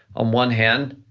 on one hand,